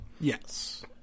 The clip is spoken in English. Yes